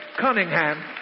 Cunningham